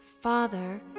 Father